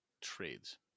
trades